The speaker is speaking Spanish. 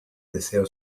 deseo